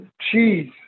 Cheese